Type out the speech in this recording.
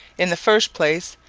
in the first place,